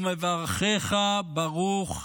"ומברכיך ברוך"